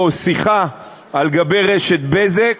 או שיחה ברשת "בזק",